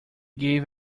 gave